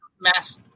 mass